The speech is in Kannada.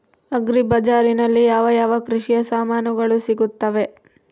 ಅಗ್ರಿ ಬಜಾರಿನಲ್ಲಿ ಯಾವ ಯಾವ ಕೃಷಿಯ ಸಾಮಾನುಗಳು ಸಿಗುತ್ತವೆ?